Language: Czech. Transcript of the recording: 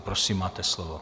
Prosím, máte slovo.